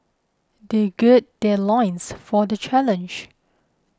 they gird their loins for the challenge